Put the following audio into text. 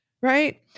right